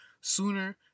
sooner